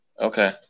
Okay